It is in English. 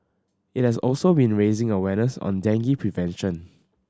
it has also been raising awareness on dengue prevention